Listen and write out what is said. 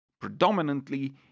Predominantly